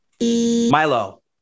Milo